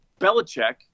Belichick